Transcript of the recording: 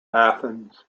athens